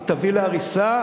היא תביא להריסה,